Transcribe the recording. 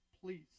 please